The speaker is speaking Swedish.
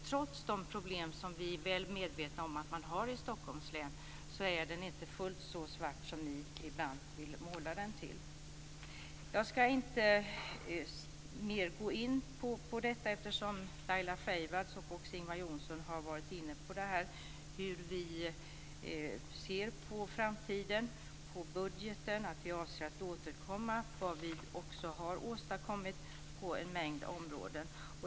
Trots de problem som vi är väl medvetna om finns i Stockholms län är bilden alltså inte fullt så svart som ni ibland vill måla den. Jag ska inte gå in på detta mer, eftersom Laila Freivalds och Ingvar Johnsson var inne på hur vi ser på framtiden och på budgeten och att vi avser att åstadkomma. De tog också upp vad vi har åstadkommit på en mängd områden.